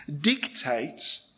dictate